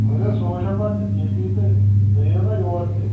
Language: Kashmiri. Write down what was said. ؤلِو سُہ وُچھو پَتہٕ ییٚتی تہٕ تُہۍ یِیِو نا یور تہِ